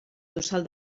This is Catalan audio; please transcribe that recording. tossal